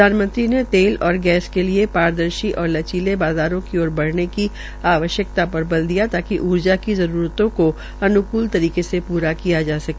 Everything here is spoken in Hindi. प्रधानमंत्री ने तेल और गैर के लिये पारदर्शी और लचीले बाज़ारों की ओर बढ़ने की आवश्यक्ता पर बल दिया ताकि ऊर्जा की जरूरतों को अनुकुल तरीके से प्रा किया जा सके